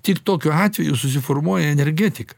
tik tokiu atveju susiformuoja energetika